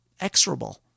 exorable